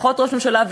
פחות ראש הממשלה,